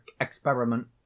experiment